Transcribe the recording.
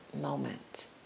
moment